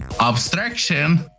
abstraction